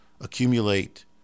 accumulate